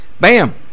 Bam